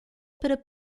para